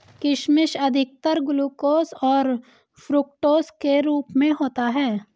किशमिश अधिकतर ग्लूकोस और फ़्रूक्टोस के रूप में होता है